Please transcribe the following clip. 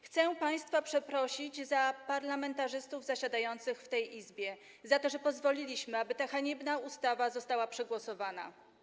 Chcę państwa przeprosić za parlamentarzystów zasiadających w tej Izbie, za to, że pozwoliliśmy, aby ta haniebna ustawa została przegłosowana.